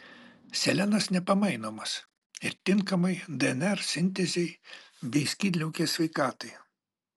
selenas nepamainomas ir tinkamai dnr sintezei bei skydliaukės sveikatai